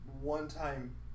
one-time